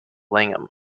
langham